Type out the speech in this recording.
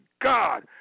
God